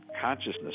consciousness